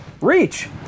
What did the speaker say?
Reach